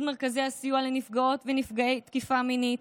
מרכזי הסיוע לנפגעות ונפגעי תקיפה מינית.